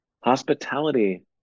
Hospitality